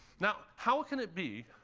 now, how can it be